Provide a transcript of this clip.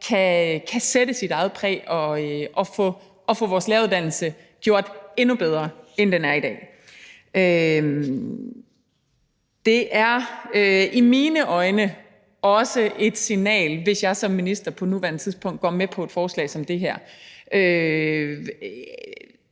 kan sætte sit eget præg og få vores læreruddannelse gjort endnu bedre, end den er i dag. Kl. 17:29 Det er i mine øjne også et signal, som, hvis jeg som minister på nuværende tidspunkt går med på et forslag som det her,